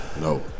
No